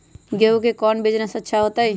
गेंहू के कौन बिजनेस अच्छा होतई?